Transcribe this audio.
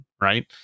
right